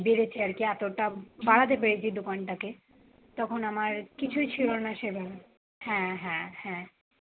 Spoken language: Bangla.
বেড়েছে আর কি এতটা বাড়াতে পেরেছি দোকানটাকে তখন আমার কিছুই ছিল না সেভাবে হ্যাঁ হ্যাঁ হ্যাঁ